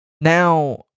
Now